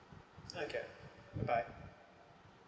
okay goodbye